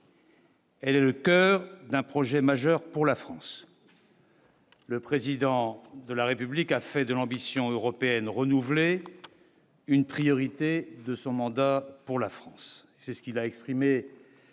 Elle est le coeur d'un projet majeur pour la France. Le président de la République a fait de l'ambition européenne renouveler une priorité de son mandat pour la France, c'est ce qu'il a exprimé